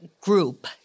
group